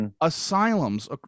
Asylums